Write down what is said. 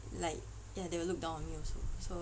like ya they would look down on you also so